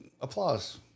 Applause